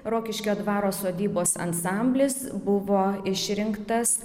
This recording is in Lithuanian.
rokiškio dvaro sodybos ansamblis buvo išrinktas